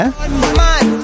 man